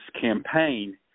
campaign